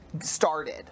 started